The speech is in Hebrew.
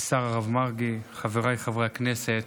השר הרב מרגי, חבריי חברי הכנסת,